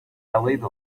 alice